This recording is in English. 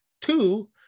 two